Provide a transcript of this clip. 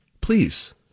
Please